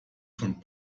von